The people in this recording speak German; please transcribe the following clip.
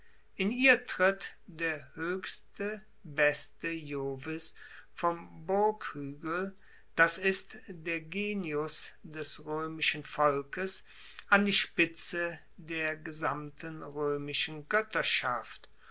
in ihr tritt der hoechste beste jovis vom burghuegel das ist der genius des roemischen volkes an die spitze der gesamten